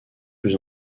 plus